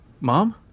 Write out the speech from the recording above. mom